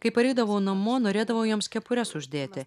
kai pareidavau namo norėdavau joms kepures uždėti